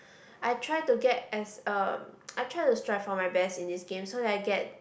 I try to get as uh I try to strive for my best in this game so that I get